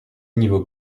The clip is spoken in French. niveau